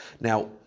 Now